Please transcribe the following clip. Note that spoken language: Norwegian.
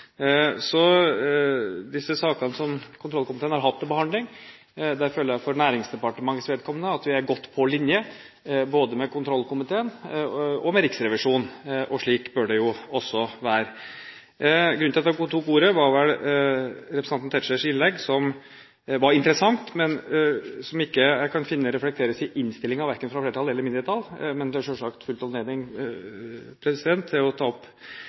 Så når det gjelder disse sakene som kontrollkomiteen har hatt til behandling, føler jeg at vi for Næringsdepartementets vedkommende er godt på linje både med kontrollkomiteen og med Riksrevisjonen, og slik bør det jo også være. Grunnen til at jeg nå tok ordet, var representanten Tetzschners innlegg, som var interessant, men som jeg ikke kan finne reflekteres i innstillingen – verken fra flertall eller mindretall – men det er selvsagt full anledning til å ta opp